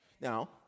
Now